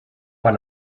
pas